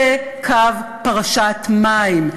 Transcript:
זה קו פרשת מים.